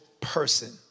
person